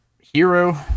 hero